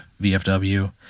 vfw